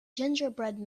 gingerbread